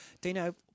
Dino